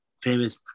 Famous